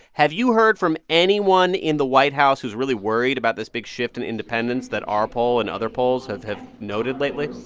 have you heard from anyone in the white house who's really worried about this big shift in independents that our poll and other polls have have noted lately?